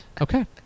Okay